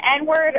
N-word